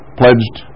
pledged